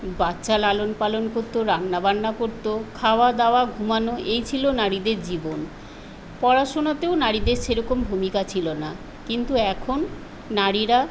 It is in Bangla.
বাচ্চা লালন পালন করতো রান্না বান্না করতো খাওয়া দাওয়া ঘুমানো এই ছিল নারীদের জীবন পড়াশোনাতেও নারীদের সেরকম ভূমিকা ছিল না কিন্তু এখন নারীরা